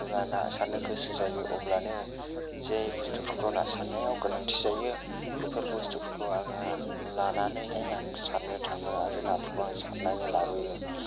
जेब्ला ना सारनो गोसो जायो अब्लानो जे बुस्थुफोरखौ ना सारनायाव गोनांथि जायो बेफोर बुस्थुफोरखौ आङो लानानैहाय आं सारनो थाङो आरो नाफोरखौ आं सारनानै लाबोयो